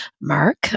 Mark